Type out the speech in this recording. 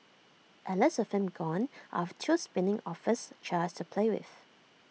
at least him gone I'll have two spinning office chairs to play with